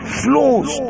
flows